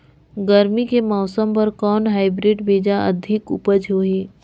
गरमी के मौसम बर कौन हाईब्रिड बीजा अधिक उपज होही?